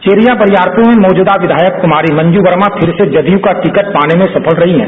Cheria Bariarpur में मौजूदा विधायक कुमारी मंजू वर्मा फिर से जदयू का टिकट पाने में सफल रही है